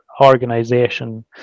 organization